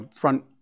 front